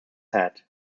head